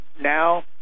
now